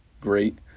great